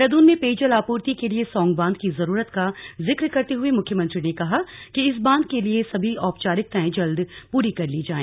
देहरादून में पेयजल आपूर्ति के लिए सौंग बांध की जरूरत का जिक्र करते हुए मुख्यमंत्री ने कहा कि इस बांध के लिए सभी औपचारिकतांए जल्द पूरी कर ली जाए